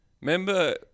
Remember